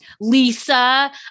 Lisa